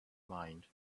mind